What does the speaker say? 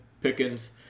Pickens